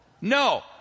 No